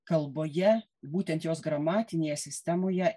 kalboje būtent jos gramatinėje sistemoje